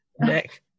Next